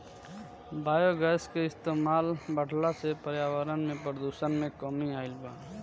biogas के इस्तमाल बढ़ला से पर्यावरण में प्रदुषण में कमी आइल बा